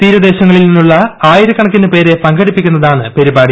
തീരദേശങ്ങളിൽ നിന്നുള്ള ആയിരക്കണക്കിന് പേരെ പങ്കെടുപ്പിക്കുന്നതാണ് പരിപാടി